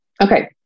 Okay